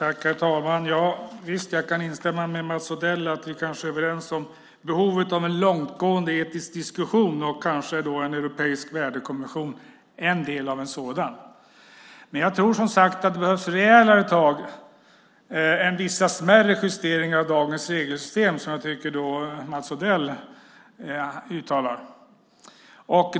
Herr talman! Jag kan instämma i att vi är överens om behovet av en långtgående etisk diskussion och kanske en europeisk värdekommission. Jag tror, som sagt, att det behövs rejälare tag än vissa smärre justeringar av dagens regelsystem, vilket jag tycker att Mats Odell talar om.